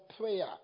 prayer